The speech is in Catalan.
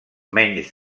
menys